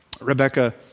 Rebecca